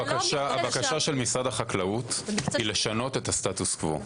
בוא נאמר שהבקשה של משרד החקלאות היא לשנות את הסטטוס קוו.